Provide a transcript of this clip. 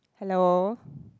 hello